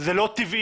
זה לא טבעי.